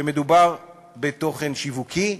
שמדובר בתוכן שיווקי,